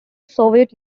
soviet